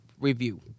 review